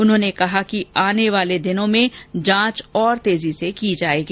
उन्होंने कहा कि आने वाले दिनों में जांच और तेजी से की जाएगी